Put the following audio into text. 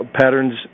patterns